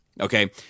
Okay